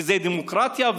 וזו דמוקרטיה,